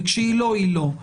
וכשהיא לא היא לא.